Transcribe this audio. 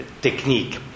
technique